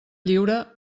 lliure